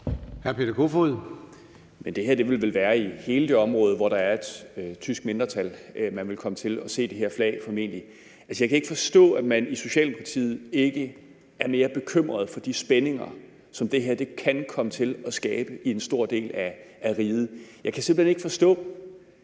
Peter Kofod (DF): Det vil vel formentlig være i hele det område, hvor der er et tysk mindretal, man vil komme til at se det her flag. Jeg kan ikke forstå, at man i Socialdemokratiet ikke er mere bekymret for de spændinger, som det her kan komme til at skabe i en stor dele af riget. Jeg kan simpelt hen ikke forstå,